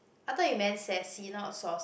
I thought you meant sassy not sauce